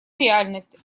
реальность